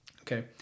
Okay